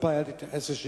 כלפי אל תדבר על שעמום.